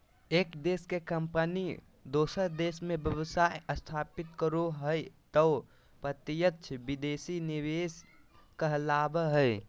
एक देश के कम्पनी दोसर देश मे व्यवसाय स्थापित करो हय तौ प्रत्यक्ष विदेशी निवेश कहलावय हय